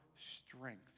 strength